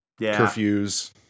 curfews